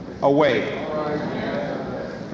away